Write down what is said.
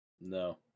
No